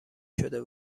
شده